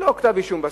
ללא כתב אישום בסוף.